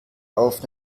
auf